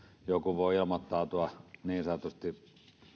joku voi ilmoittautua niin sanotusti